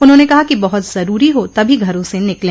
उन्होंने कहा कि बहुत जरूरी हो तभी घरों से निकले